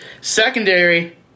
Secondary